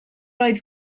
oedd